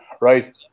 Right